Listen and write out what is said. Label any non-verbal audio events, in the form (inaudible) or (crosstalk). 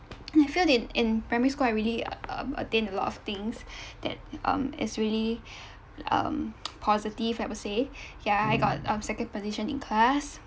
I feel that in primary school I already o~ o~ obtain a lot of things that um is really um (noise) positive I would say ya I got um second position in class